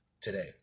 today